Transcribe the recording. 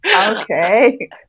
Okay